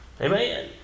Amen